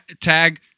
tag